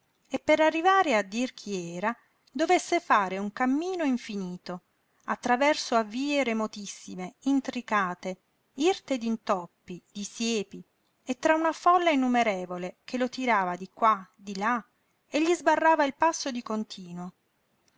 e per arrivare a dir chi era dovesse fare un cammino infinito attraverso a vie remotissime intricate irte d'intoppi di siepi e tra una folla innumerevole che lo tirava di qua di là e gli sbarrava il passo di continuo